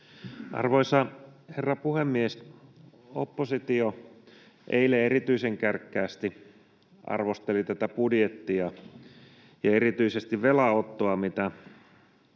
Arvoisa herra puhemies! Oppositio eilen erityisen kärkkäästi arvosteli tätä budjettia ja erityisesti velanottoa, mitä